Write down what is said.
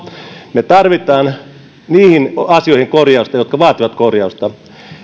me tarvitsemme niihin asioihin korjausta jotka vaativat korjausta